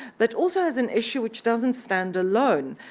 but also as an issue which doesn't standalone.